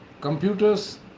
Computers